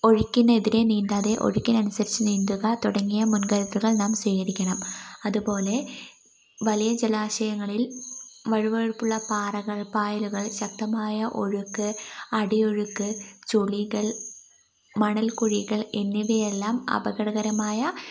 ഒഴുക്കിനെതിരെ നീന്താതെ ഒഴുക്കിനനുസരിച്ച് നീന്തുക തുടങ്ങിയ മുൻകരുതലുകൾ നാം സ്വീകരിക്കണം അതുപോലെ വലിയ ജലാശങ്ങളിൽ വഴുവഴുപ്പുള്ള പാറകൾ പായലുകൾ ശക്തമായ ഒഴുക്ക് അടിയൊഴുക്ക് ചുളികൾ മണൽക്കുഴികൾ എന്നിവയെല്ലാം അപകടകരമായ